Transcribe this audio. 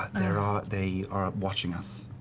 they are ah they are watching us.